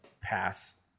pass